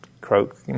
croak